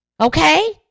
Okay